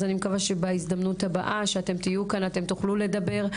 אז אני מקווה את ההזדמנות הבאה שתהיו כאן אתן תוכלו לדבר.